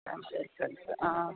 ആ